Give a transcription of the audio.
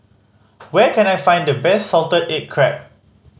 where can I find the best salted egg crab